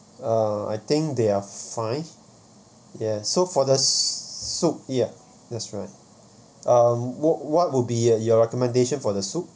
uh I think they're fine ya so for the soup ya that's right um what what would be your your recommendation for the soup